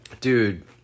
dude